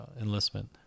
enlistment